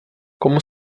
komu